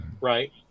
Right